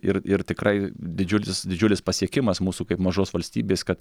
ir ir tikrai didžiulis didžiulis pasiekimas mūsų kaip mažos valstybės kad